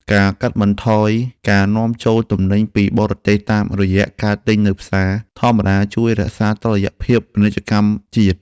ការកាត់បន្ថយការនាំចូលទំនិញពីបរទេសតាមរយៈការទិញនៅផ្សារធម្មតាជួយរក្សាតុល្យភាពពាណិជ្ជកម្មជាតិ។